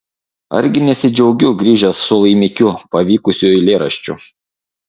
argi nesidžiaugiu grįžęs su laimikiu pavykusiu eilėraščiu